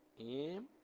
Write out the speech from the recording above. m